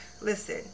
listen